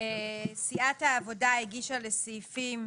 סיעת העבודה הגישה לסעיפים